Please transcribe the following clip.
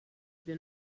been